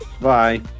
Bye